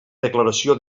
declaració